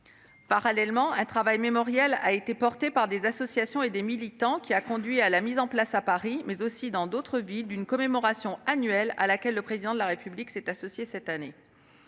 Parallèlement, un travail mémoriel entrepris par des associations et des militants a conduit à l'instauration, à Paris, mais aussi dans d'autres villes, d'une commémoration annuelle à laquelle le Président de la République s'est associé cette année.